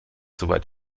soweit